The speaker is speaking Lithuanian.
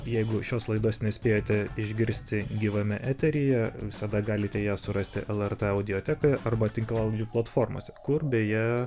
jeigu šios laidos nespėjote išgirsti gyvame eteryje visada galite ją surasti lrt audiotekoje arba tinklalaidžių platformose kur beje